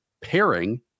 pairing